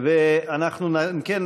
אם כן,